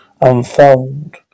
unfold